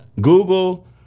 Google